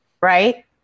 right